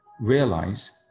realize